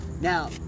Now